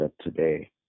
today